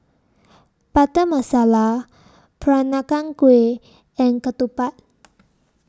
Butter Masala Peranakan Kueh and Ketupat